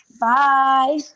bye